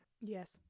Yes